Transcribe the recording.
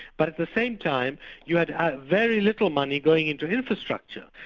but at the same time you had very little money going into infrastructure,